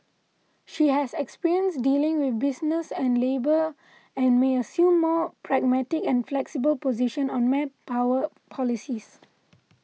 she has experience dealing with business and labour and may assume more pragmatic and flexible position on manpower policies